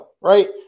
right